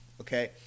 Okay